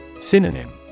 Synonym